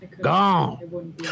gone